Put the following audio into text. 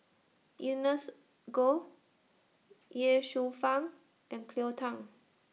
Ernest Goh Ye Shufang and Cleo Thang